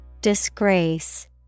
Disgrace